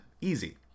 easy